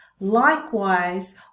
Likewise